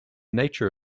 nature